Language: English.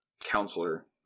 counselor